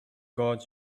gods